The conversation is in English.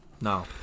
No